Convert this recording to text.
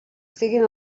estiguin